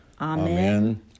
Amen